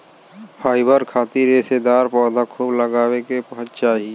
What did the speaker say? fibre खातिर रेशेदार पौधा खूब लगावे के चाही